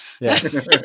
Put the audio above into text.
Yes